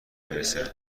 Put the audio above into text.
میرسونه